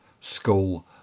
school